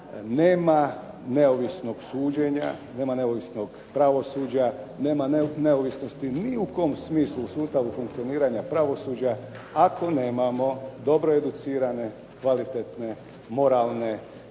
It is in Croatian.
nema neovisnog suđenja, nema neovisnog pravosuđa, nema neovisnosti ni u kom smislu u sustavu funkcioniranja pravosuđa ako nemamo dobro educirane, kvalitetne, moralne,